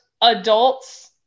adults